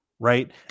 right